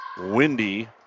windy